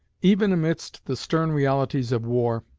even amidst the stern realities of war,